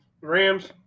Rams